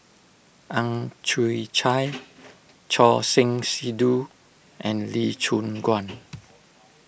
Ang Chwee Chai Choor Singh Sidhu and Lee Choon Guan